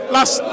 Last